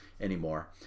anymore